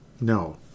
no